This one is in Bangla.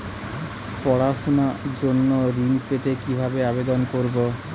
পড়াশুনা জন্য ঋণ পেতে কিভাবে আবেদন করব?